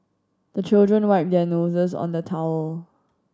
the children wipe their noses on the towel